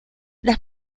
las